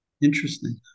Interesting